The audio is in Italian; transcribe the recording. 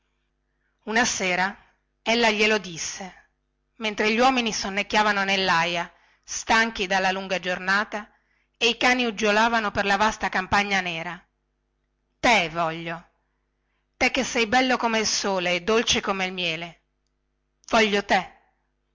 una sera ella glielo disse mentre gli uomini sonnecchiavano nellaia stanchi dalla lunga giornata ed i cani uggiolavano per la vasta campagna nera te voglio te che sei bello come il sole e dolce come il miele voglio te